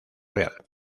real